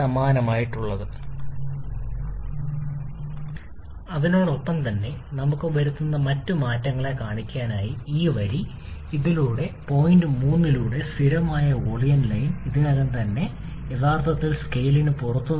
സമാനമായി ഇവിടെ യഥാർത്ഥത്തിൽ ഇത് സ്കെയിലിൽ നിന്ന് പുറത്തുപോകുന്നു